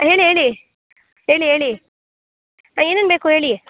ಹೇಳಿ ಹೇಳಿ ಹೇಳಿ ಹೇಳಿ ಏನೇನು ಬೇಕು ಹೇಳಿ